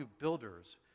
builders